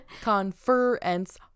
conference